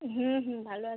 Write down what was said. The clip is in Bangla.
হুম হুম ভালো আছি